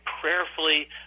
prayerfully